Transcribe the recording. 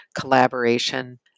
collaboration